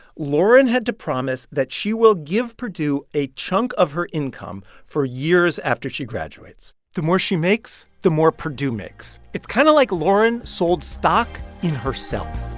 lauren had to promise that she will give purdue a chunk of her income for years after she graduates. the more she makes, the more perdue makes. it's kind of like lauren sold stock in herself